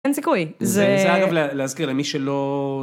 אין סיכוי זה להזכיר למי שלא.